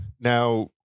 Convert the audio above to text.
now